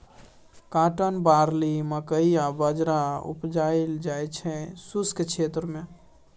cotton, barley, मकइ आ बजरा उपजाएल जाइ छै शुष्क क्षेत्र मे